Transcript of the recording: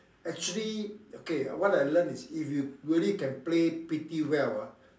actually okay what I learn is if you really can play pretty well ah